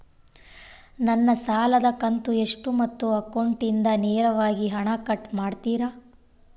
ನನ್ನ ಸಾಲದ ಕಂತು ಎಷ್ಟು ಮತ್ತು ಅಕೌಂಟಿಂದ ನೇರವಾಗಿ ಹಣ ಕಟ್ ಮಾಡ್ತಿರಾ?